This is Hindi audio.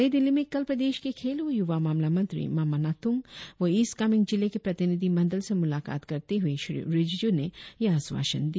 नई दिल्ली में कल प्रदेश के खेल व युवा मामला मंत्री मामा नात्रंग व ईस्ट कामेंग जिले के प्रतिनिधि मंडल से मुलाकात करते हुए श्री रिजिजू ने यह आश्वास दिया